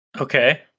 Okay